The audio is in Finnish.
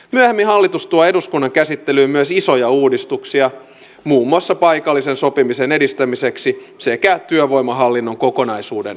myöhemmin hallitus tuo eduskunnan käsittelyyn myös isoja uudistuksia muun muassa paikallisen sopimisen edistämiseksi sekä työvoimahallinnon kokonaisuuden uudistamiseksi